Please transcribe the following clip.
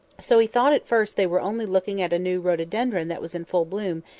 so he thought, at first, they were only looking at a new rhododendron that was in full bloom,